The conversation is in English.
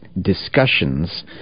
discussions